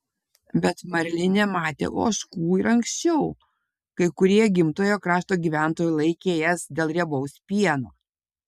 bet marlinė matė ožkų ir anksčiau kai kurie gimtojo kaimo gyventojai laikė jas dėl riebaus pieno